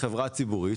היא חברה ציבורית,